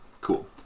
Cool